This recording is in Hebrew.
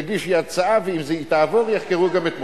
תגישי הצעה, ואם היא תעבור, יחקרו גם את מוסקוביץ.